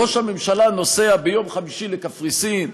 ראש הממשלה נוסע ביום חמישי לקפריסין,